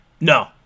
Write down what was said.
No